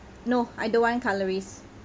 no I don't want cutleries